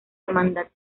hermandad